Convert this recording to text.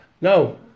no